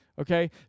okay